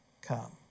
come